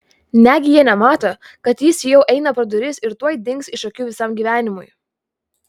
negi jie nemato kad jis jau eina pro duris ir tuoj dings iš akių visam gyvenimui